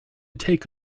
take